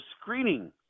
screening